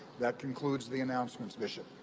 that concludes the announcements, bishop.